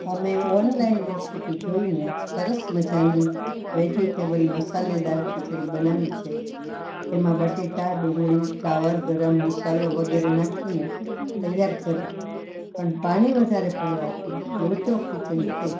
અમે online recipe જોઈને સરસ મજાની વેજીટેબલ મસાલેદાર ખીચડી બનાવી છે તેમાં બટેટા ડુંગળી ફુલાવર ગરમ મસાલો વગેરે નાખીને તૈયાર કરી પણ પાણી વધારે પડવાથી લોચો ખીચળી થઈ